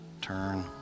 Turn